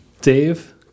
Dave